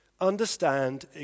Understand